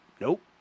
nope